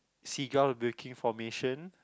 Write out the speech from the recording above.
seagull making formation